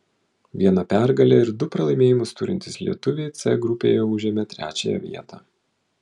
vieną pergalę ir du pralaimėjimus turintys lietuviai c grupėje užėmė trečiąją vietą